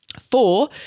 Four